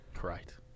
Right